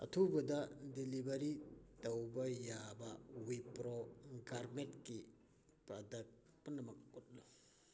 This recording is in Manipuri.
ꯑꯊꯨꯕꯗ ꯗꯤꯂꯤꯚꯔꯤ ꯇꯧꯕ ꯌꯥꯕ ꯋꯤꯄ꯭ꯔꯣ ꯒꯥꯔꯃꯦꯠꯀꯤ ꯄ꯭ꯔꯗꯛ ꯄꯨꯝꯅꯃꯛ ꯎꯠꯂꯨ